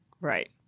Right